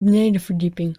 benedenverdieping